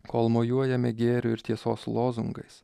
kol mojuojame gėrio ir tiesos lozungais